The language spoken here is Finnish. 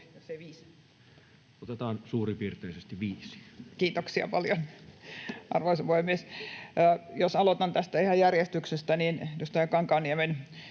Otetaan suurpiirteisesti 5. Kiitoksia paljon, arvoisa puhemies! Jos aloitan tästä ihan järjestyksessä, niin edustaja Kankaanniemen